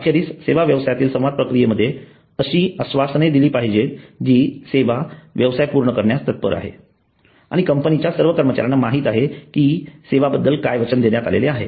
अखेरीस सेवा व्यवसायातील संवाद प्रक्रियेमध्ये अशी आश्वासने दिली पाहिजेत जी सेवा व्यवसाय पूर्ण करण्यास तत्पर आहे आणि कंपनीच्या सर्व कर्मचाऱ्यांना माहित आहे की सेवांबाबत काय वचन देण्यात आले आहे